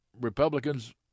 Republicans